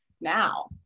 now